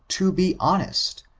to be honest,